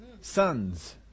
Sons